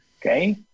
okay